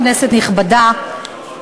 כנסת נכבדה,